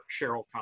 Cheryl